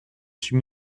suis